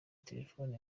telefone